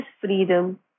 freedom